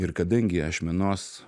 ir kadangi ašmenos